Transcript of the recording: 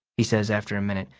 he says after a minute,